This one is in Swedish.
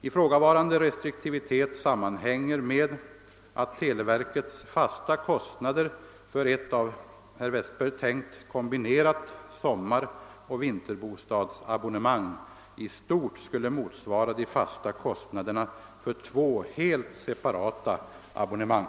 Ifrågavarande restriktivitet sammanhänger med att televerkets fasta kostnader för ett av herr Westberg tänkt kombinerat sommaroch vinterbostadsabonnemang i stort skulle motsvara de fasta kostnaderna för två helt separata abonnemang.